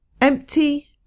empty